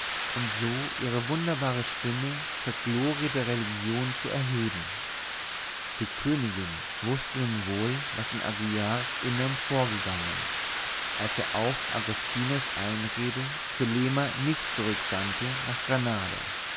und so ihre wunderbare stimme zur glorie der religion zu erheben die königin wußte nun wohl was in aguillars innerm vorgegangen als er auf agostinos einrede zulema nicht zurücksandte nach granada